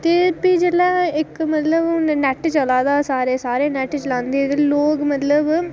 ते इक्क हून जेल्लै नेट चला दा हा सारे नेट चलांदे हे लोग मतलब